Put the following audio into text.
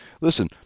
listen